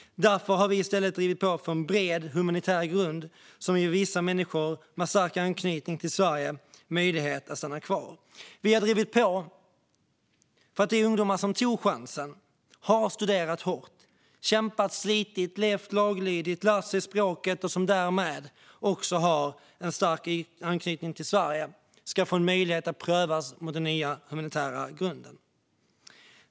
Därför har vi i stället drivit på för en bred humanitär grund som ger vissa människor med stark anknytning till Sverige möjlighet att stanna kvar. Vi har drivit på för att de ungdomar som har tagit chansen, studerat hårt, kämpat, slitit, levt laglydigt och lärt sig språket och som därmed också har en stark anknytning till Sverige ska få en möjlighet att prövas mot den nya humanitära grunden.